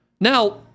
Now